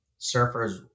surfers